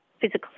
physical